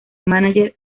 mánager